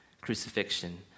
crucifixion